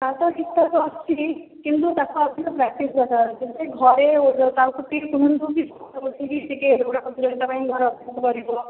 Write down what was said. ତା ର ତ ଠିକଠାକ ଆସୁଛି କିନ୍ତୁ ତାକୁ ଆଉଥରେ ପ୍ରାକ୍ଟିସ ଦରକାର ଯେମିତି ଘରେ ତାକୁ ଟିକେ କୁହନ୍ତୁ କି ଘରେ ବସିକି ଏ ଦୌଡ଼ ପ୍ରତିଯୋଗିତା ପାଇଁ କରିବ